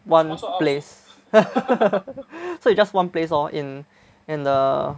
one place so it's just one place lor in in the